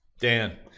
Dan